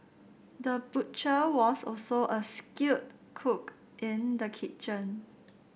the butcher was also a skilled cook in the kitchen